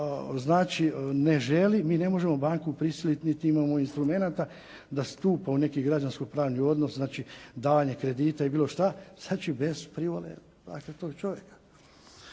ukoliko ne želi, mi ne možemo banku prisiliti niti imao instrumenata da stupa u neki građansko parni odnos, znači davanje kredita i bilo što, znači bez privole tog čovjeka.